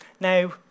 Now